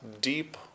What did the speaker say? deep